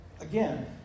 Again